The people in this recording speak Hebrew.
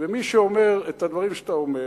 ומי שאומר את הדברים שאתה אומר